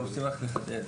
אני רוצה רק לחדד.